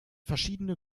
verschiedene